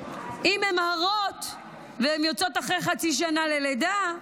אם הן הרות והן יוצאות אחרי חצי שנה ללידה,